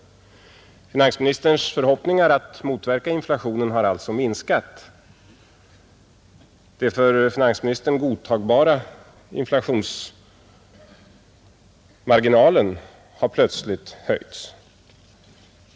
Finansministerns förhoppningar om att motverka inflationen har alltså minskat. Den för finansministern godtagbara inflationsmarginalen har plötsligt höjts.